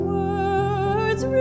words